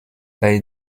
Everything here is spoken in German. bei